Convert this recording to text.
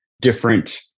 different